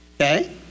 Okay